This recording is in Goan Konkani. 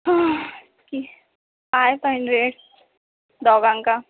five hundred डोगांक